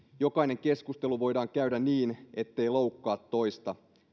jokainen keskustelu voidaan käydä niin ettei loukkaa toista